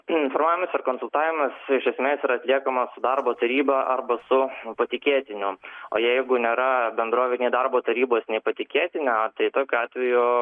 informavimas ir konsultavimas iš esmės yra atliekamas su darbo taryba arba su patikėtiniu o jeigu nėra bendruomenėj darbo tarybos nei patikėtinio tai tokiu atveju